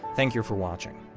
thank you for watching.